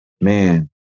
man